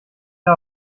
der